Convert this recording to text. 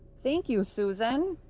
thank you, susan.